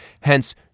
Hence